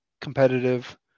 competitive